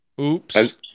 oops